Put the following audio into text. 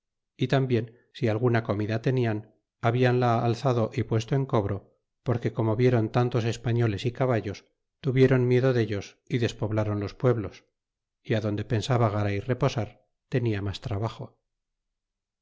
y tambien si alguna comida tenian habianla alzado y puesto en cobro porque como vieron tantos españoles y caballos tuvieron miedo dellos y despoblaban los pueblos é adonde pensaba garay reposar tenia mas trabajo